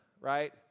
right